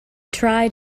tried